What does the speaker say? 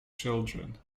children